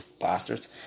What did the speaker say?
Bastards